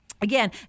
again